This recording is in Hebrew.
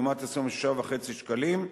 לעומת 26.5 שקלים,